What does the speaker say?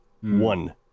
one